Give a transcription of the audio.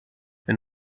wenn